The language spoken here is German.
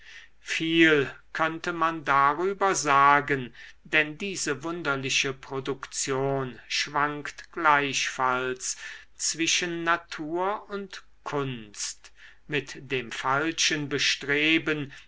viel könnte man darüber sagen denn diese wunderliche produktion schwankt gleichfalls zwischen natur und kunst mit dem falschen bestreben